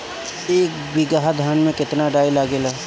एक बीगहा धान में केतना डाई लागेला?